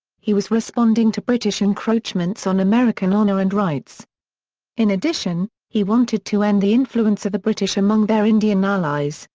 he was responding to british encroachments on american honor and rights in addition, he wanted to end the influence of the british among their indian allies,